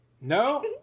No